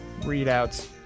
readouts